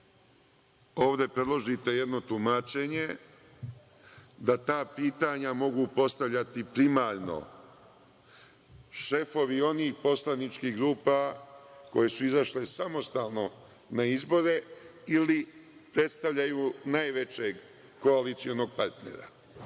ovde predložite jedno tumačenje, da ta pitanja mogu postavljati primarno šefovi onih poslaničkih grupa koje su izašle samostalno na izbore ili predstavljaju najvećeg koalicionog partnera,